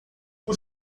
por